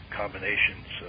combinations